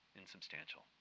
insubstantial